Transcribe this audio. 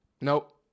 Nope